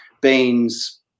beans